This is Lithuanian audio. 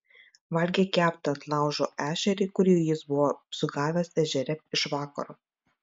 valgė keptą ant laužo ešerį kurį jis buvo sugavęs ežere iš vakaro